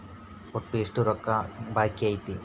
ಒಟ್ಟು ಎಷ್ಟು ರೊಕ್ಕ ಬಾಕಿ ಐತಿ?